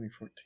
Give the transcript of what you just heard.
2014